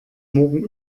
morgen